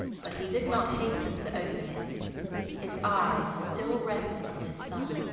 but he did not hasten to open it his eyes still rested on his son.